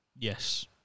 Yes